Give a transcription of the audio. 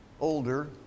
older